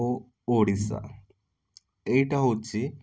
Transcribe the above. ଓ ଓଡ଼ିଶା ଏଇଟା ହେଉଛି